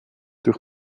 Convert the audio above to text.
durch